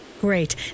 Great